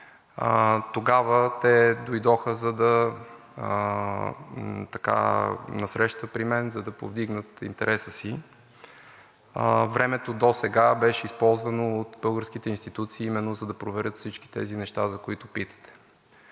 Тогава те дойдоха на среща при мен, за да повдигнат интереса си. Времето досега беше използвано от българските институции именно за да проверят всички тези неща, за които питате.